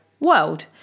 World